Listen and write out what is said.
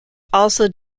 also